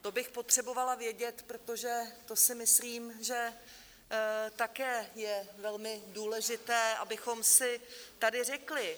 To bych potřebovala vědět, protože to si myslím, že také je velmi důležité, abychom si tady řekli.